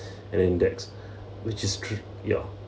an index which is tr~ ya